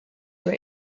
were